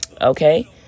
okay